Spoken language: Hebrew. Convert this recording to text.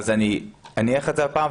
אני אניח את זה הפעם,